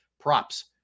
Props